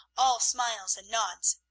all smiles and nods.